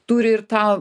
turi ir tą